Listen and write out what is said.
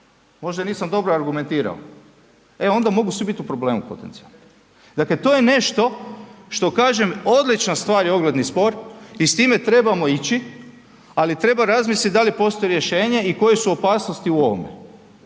možda je nisam dobro argumentirao, e onda mogu svi biti u problemu potencijalnom. Dakle, to je nešto što kažem odlična stvar je ogledni spor i s time trebamo ići ali treba razmisliti da li postoji rješenje i koje su opasnosti u ovome.